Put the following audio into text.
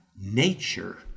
nature